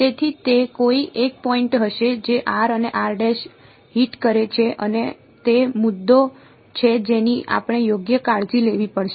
તેથી તે કોઈ એક પોઈન્ટ હશે જે આને હિટ કરે છે અને તે મુદ્દો છે જેની આપણે યોગ્ય કાળજી લેવી પડશે